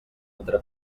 entre